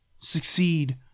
Succeed